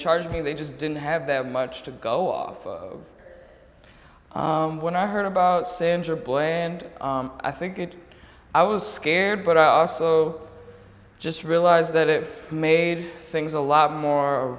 charged me they just didn't have that much to go off of when i heard about sandra boy and i think it i was scared but i also just realized that it made things a lot more